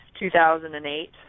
2008